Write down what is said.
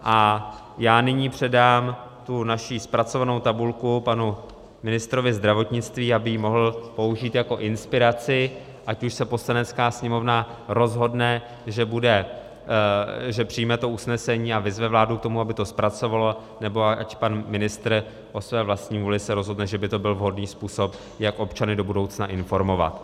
A já nyní předám tu naši zpracovanou tabulku panu ministrovi zdravotnictví, aby ji mohl použít jako inspiraci, ať už se Poslanecká sněmovna rozhodne, že přijme to usnesení a vyzve vládu k tomu, aby to zpracovala, nebo ať pan ministr o své vlastní vůli se rozhodne, že by to byl vhodný způsob, jak občany do budoucna informovat.